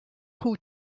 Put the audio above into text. who